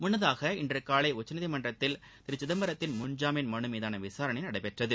முன்னதாக இன்று காலை உச்சநீதிமன்றத்தில் திரு சிதம்பரத்தின் முன் ஜாமீன் மனு மீதான விசாரணை நடைபெற்றது